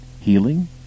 healing